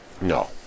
No